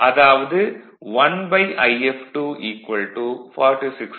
அதாவது 1If2 4630